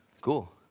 Cool